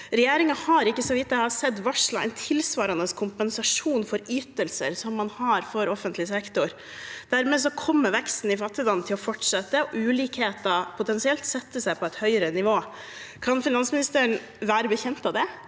regjeringen varslet en tilsvarende kompensasjon for ytelser som man har for offentlig sektor. Dermed kommer veksten i fattigdom til å fortsette og ulikheten potensielt til å sette seg på et høyere nivå. Kan finansministeren være bekjent av det,